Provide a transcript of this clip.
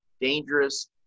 Dangerous